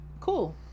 Cool